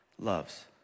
Loves